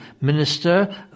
Minister